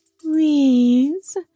please